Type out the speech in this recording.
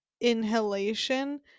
inhalation